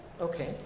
Okay